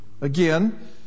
Again